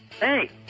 Hey